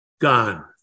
gone